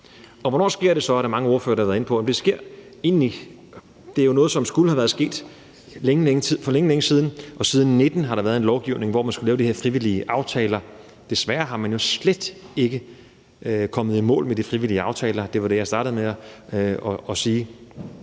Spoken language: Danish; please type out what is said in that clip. Hvornår det så sker, er der mange ordførere, der har været inde på, og også om det sker, og det er jo noget, som skulle være sket for længe, længe siden. Der har siden 2019 været en lovgivning, hvor man skulle lave de her frivillige aftaler, og desværre er man jo slet ikke kommet i mål med de frivillige aftaler, sådan som jeg også startede med at sige.